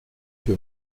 que